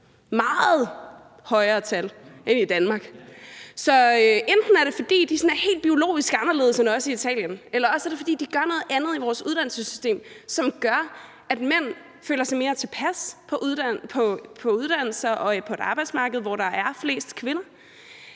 meget højere tal end i Danmark. Så enten er det, fordi de er sådan helt biologisk anderledes end os i Italien, eller også er det, fordi de gør noget andet i deres uddannelsessystem, som gør, at mænd føler sig mere tilpas på uddannelser og et arbejdsmarked, hvor der er flest kvinder.